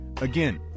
Again